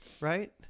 right